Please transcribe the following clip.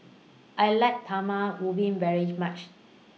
I like Talam Ubi very much